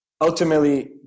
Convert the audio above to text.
ultimately